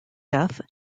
death